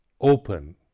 open